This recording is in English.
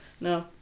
No